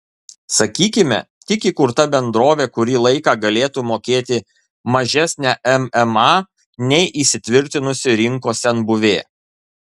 sakykime tik įkurta bendrovė kurį laiką galėtų mokėti mažesnę mma nei įsitvirtinusi rinkos senbuvė